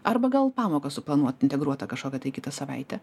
arba gal pamoką suplanuot integruotą kažkokią tai kitą savaitę